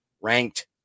ranked